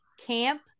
Camp